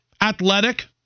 athletic